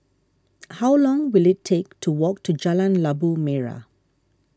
how long will it take to walk to Jalan Labu Merah